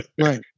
Right